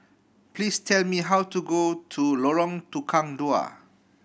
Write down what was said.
please tell me how to go to Lorong Tukang Dua